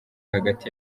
hagati